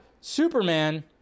Superman